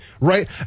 right